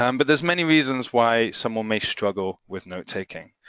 um but there's many reasons why someone may struggle with notetaking.